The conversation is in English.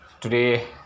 Today